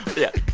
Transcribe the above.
yeah